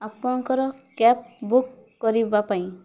ଆପଣଙ୍କର cab book କରିବା ପାଇଁ